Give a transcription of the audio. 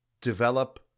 develop